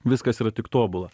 viskas yra tik tobula